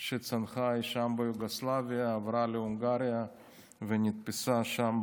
שצנחה אי שם ביוגוסלביה, עברה להונגריה ונתפסה שם